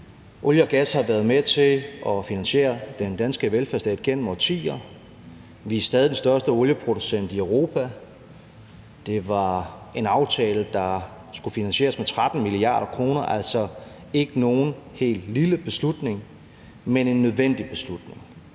Olie og gas har været med til at finansiere den danske velfærdsstat gennem årtier. Vi er stadig den største olieproducent i Europa. Det var en aftale, der skulle finansieres med 13 mia. kr., så det var altså ikke nogen helt lille beslutning, men en nødvendig beslutning,